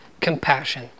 compassion